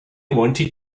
wanted